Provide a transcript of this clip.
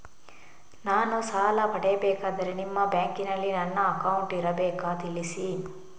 ನಾನು ಸಾಲ ಪಡೆಯಬೇಕಾದರೆ ನಿಮ್ಮ ಬ್ಯಾಂಕಿನಲ್ಲಿ ನನ್ನ ಅಕೌಂಟ್ ಇರಬೇಕಾ ತಿಳಿಸಿ?